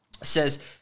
says